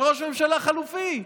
של ראש ממשלה חלופי.